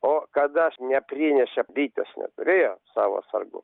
o kada neprinešė bitės neturėjo savo atsargų